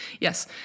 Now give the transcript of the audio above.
Yes